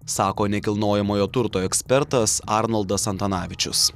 sako nekilnojamojo turto ekspertas arnoldas antanavičius